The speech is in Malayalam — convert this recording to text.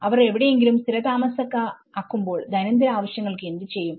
അവർ എവിടെയെങ്കിലും സ്ഥിരതാമസമാക്കുമ്പോൾ ദൈനം ദിന ആവശ്യങ്ങൾക്ക് എന്ത് ചെയ്യും